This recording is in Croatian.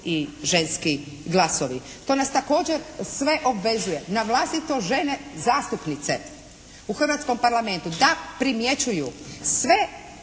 i ženski glasovi. To nas također sve obvezuje na vlastito žene zastupnice u hrvatskom Parlamentu da primjećuju sve